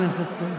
תודה.